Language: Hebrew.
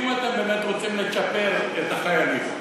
אם אתם באמת רוצים לצ'פר את החיילים,